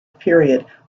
period